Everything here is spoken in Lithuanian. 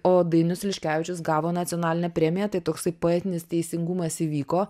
o dainius liškevičius gavo nacionalinę premiją tai toksai poetinis teisingumas įvyko